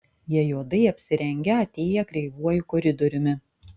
jie juodai apsirengę atėję kreivuoju koridoriumi